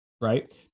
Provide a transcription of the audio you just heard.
right